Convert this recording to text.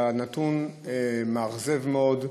והנתון מאכזב מאוד,